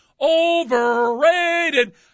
overrated